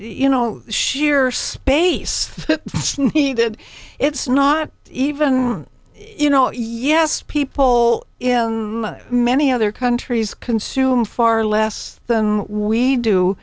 you know sheer space needed it's not even you know yes people in many other countries consume far less than we do